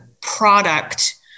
product